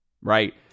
right